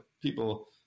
people